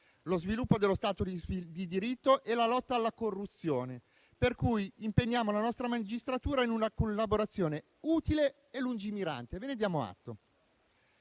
lo sviluppo dello Stato di diritto e per la lotta alla corruzione, per cui impegniamo la nostra magistratura in una collaborazione utile e lungimirante. Di questo vi diamo atto.